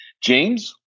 James